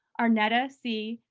arnetta c.